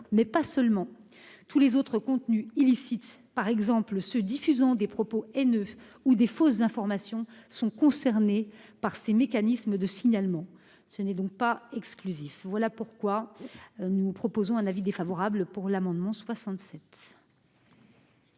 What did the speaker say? mais pas seulement. Tous les autres contenus illicites, par exemple ceux qui diffusent des propos haineux ou de fausses informations, sont concernés par ces mécanismes de signalement. Ce n'est donc pas exclusif. Quel est l'avis du Gouvernement sur l'amendement n°